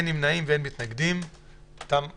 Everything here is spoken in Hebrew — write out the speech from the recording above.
תודה רבה,